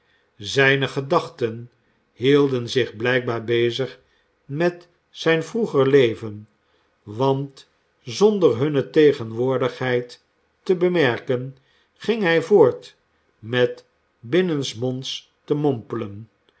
zijne gedachten hielden zich blijkbaar bezig met zijn vroeger leven want zonder hunne tegenwoordigheid te bemerken ging hij voort met binnensmonds te mompelen